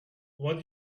what